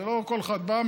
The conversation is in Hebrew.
זה לא שכל אחד בא,